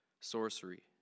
sorcery